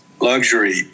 luxury